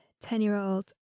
Ten-year-old